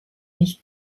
nicht